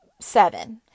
seven